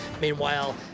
Meanwhile